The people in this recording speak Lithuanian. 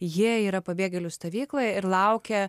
jie yra pabėgėlių stovykloje ir laukia